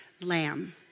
lamb